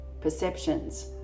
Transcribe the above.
perceptions